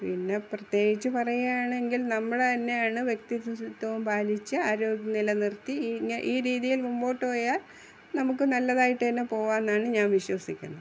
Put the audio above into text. പിന്നെ പ്രത്യേകിച്ച് പറയുകയാണെങ്കിൽ നമ്മൾ തന്നെയാണ് വ്യക്തി ശുചിത്വം പാലിച്ച് ആരോഗ്യം നിലനിർത്തി ഈ രീതിയിൽ മുൻപോട്ടു പോയാൽ നമുക്ക് നല്ലതായിട്ട് തന്നെ പോകാമെന്നാണ് ഞാൻ വിശ്വസിക്കുന്നത്